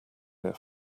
here